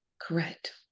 correct